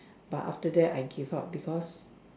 but after that I give up because